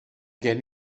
gen